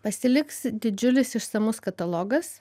pasiliks didžiulis išsamus katalogas